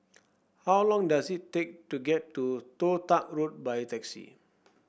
how long does it take to get to Toh Tuck Road by taxi